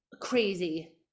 crazy